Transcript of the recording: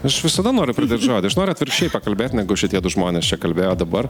aš visada noriu pridėt žodį aš noriu atvirkščiai pakalbėt negu šitie du žmonės čia kalbėjo dabar